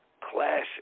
Classic